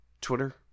Twitter